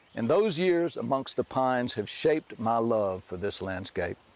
and those years amongst the pines have shaped my love for this landscape.